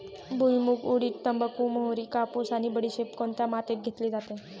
भुईमूग, उडीद, तंबाखू, मोहरी, कापूस आणि बडीशेप कोणत्या मातीत घेतली जाते?